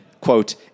quote